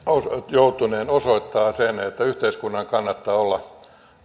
joutuneen osoittaa sen että yhteiskunnan kannattaa olla